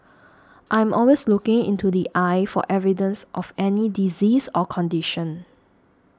I'm always looking into the eye for evidence of any disease or condition